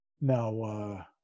now